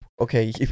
okay